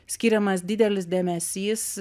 skiriamas didelis dėmesys